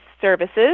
services